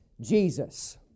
Jesus